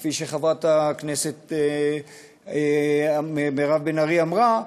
כפי שחברת הכנסת מירב בן ארי אמרה,